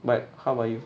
but how about you